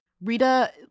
Rita